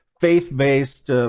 faith-based